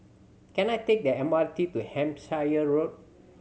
can I take the M R T to Hampshire Road